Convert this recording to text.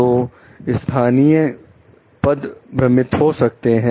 तो स्थानीय पद भ्रमित हो सकते हैं